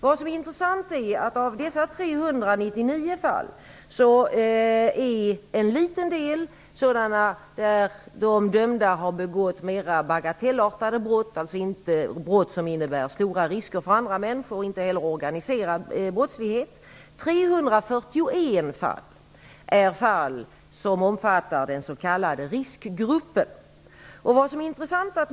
Vad som är intressant är att en liten del av de 399 fallen gäller dömda som har begått mer bagatellartade brott, dvs. brott som inte innebär stora risker för andra människor och inte heller organiserad brottslighet. 341 fall omfattar den s.k. riskgruppen.